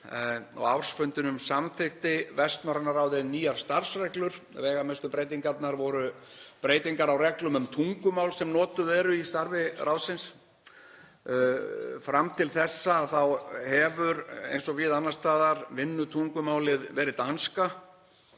ársfundinum samþykkti Vestnorræna ráðið nýjar starfsreglur. Veigamestu breytingarnar voru breytingar á reglum um tungumál sem notuð eru í starfi ráðsins. Fram til þessa hefur, eins og víða annars staðar, vinnutungumálið verið danska